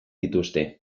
dituzte